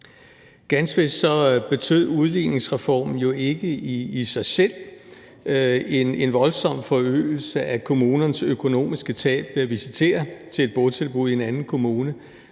Ganske vist betød udligningsreformen jo ikke i sig selv en voldsom forøgelse af kommunernes økonomiske tab ved at visitere til et botilbud i en anden kommune,